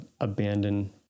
abandon